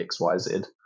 XYZ